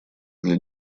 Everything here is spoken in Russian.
для